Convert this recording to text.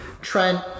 Trent